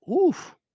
Oof